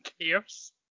cares